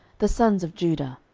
the sons of judah